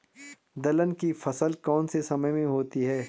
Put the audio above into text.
दलहन की फसल कौन से समय में होती है?